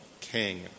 king